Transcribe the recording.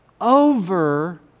over